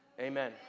Amen